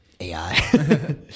AI